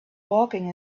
walking